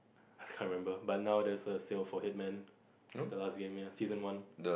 I remember but now there is a sale for Headman the last game ya season one